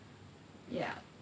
ya